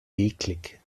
eklig